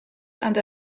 and